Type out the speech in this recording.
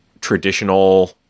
traditional